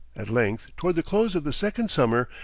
at length, toward the close of the second summer,